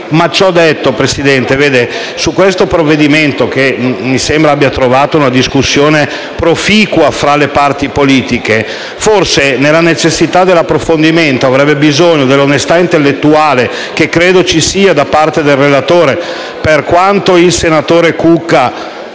signora Presidente, questo provvedimento, che mi sembra abbia trovato una discussione proficua tra le parti politiche, forse, oltre che dell’approfondimento, avrebbe bisogno dell’onesta intellettuale, che credo ci sia da parte del relatore. Per quanto il senatore Cucca